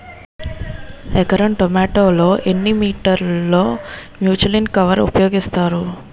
ఎకర టొమాటో లో ఎన్ని మీటర్ లో ముచ్లిన్ కవర్ ఉపయోగిస్తారు?